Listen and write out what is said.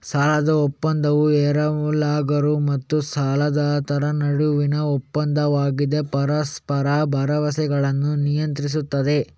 ಸಾಲದ ಒಪ್ಪಂದವು ಎರವಲುಗಾರ ಮತ್ತು ಸಾಲದಾತರ ನಡುವಿನ ಒಪ್ಪಂದವಾಗಿದ್ದು ಪರಸ್ಪರ ಭರವಸೆಗಳನ್ನು ನಿಯಂತ್ರಿಸುತ್ತದೆ